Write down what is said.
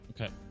Okay